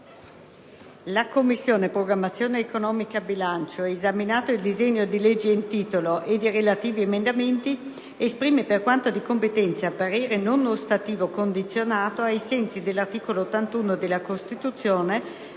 «La Commissione programmazione economica, bilancio, esaminato il disegno di legge in titolo ed i relativi emendamenti, esprime, per quanto di competenza, parere non ostativo, condizionato, ai sensi dell'articolo 81 della Costituzione,